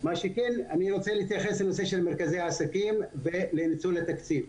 אני רוצה להתייחס למרכזי העסקים ולניצול התקציב.